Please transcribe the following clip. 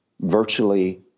virtually